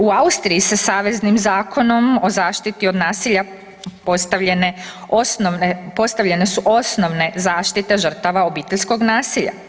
U Austriji se saveznim zakonom o zaštiti od nasilja postavljene su osnovne zaštite žrtava obiteljskog nasilja.